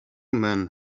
men